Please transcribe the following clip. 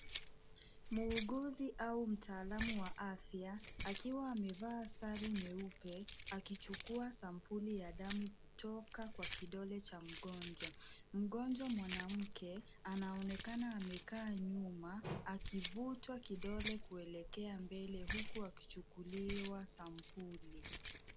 Muuguzi au mtaalamu wa afya akiwa amevaa sare nyeupe, akichukua sampuli ya damu kutoka kwa kidole cha mgonjwa. Mgonjwa mwanamke anaonekana amekaa nyuma, akivutwa kidole kuelekea mbele huku akichukuliwa sampuli.